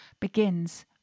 begins